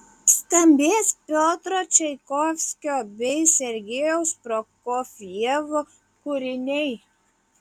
skambės piotro čaikovskio bei sergejaus prokofjevo kūriniai